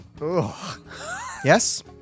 Yes